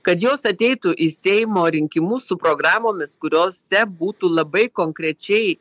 kad jos ateitų į seimo rinkimus su programomis kuriose būtų labai konkrečiai